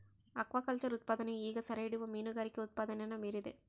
aquaculture ಉತ್ಪಾದನೆಯು ಈಗ ಸೆರೆಹಿಡಿಯುವ ಮೀನುಗಾರಿಕೆ ಉತ್ಪಾದನೆನ ಮೀರಿದೆ